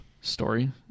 story